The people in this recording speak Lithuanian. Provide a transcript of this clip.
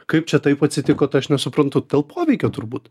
kaip čia taip atsitiko tai aš nesuprantu dėl poveikio turbūt